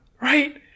right